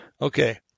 Okay